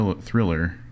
Thriller